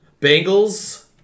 Bengals